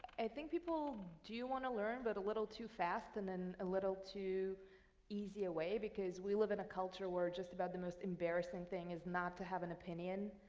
i think people do want to learn, but a little too fast and then a little too easy a way, because we live in a culture where just about the most embarrassing thing is not to have an opinion.